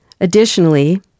Additionally